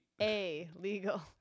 A-legal